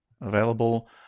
Available